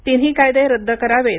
तीन्ही कायदे रद्द करावीत